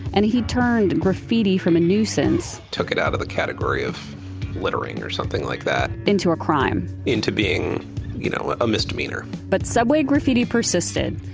and he turned graffiti from a nuisance took it out of the category of littering or something like that into a crime into being you know ah a misdemeanor. but subway graffiti persisted.